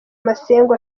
masengo